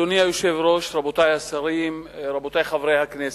אדוני היושב-ראש, רבותי השרים, רבותי חברי הכנסת,